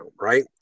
right